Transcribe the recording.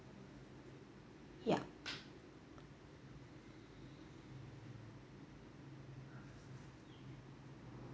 yup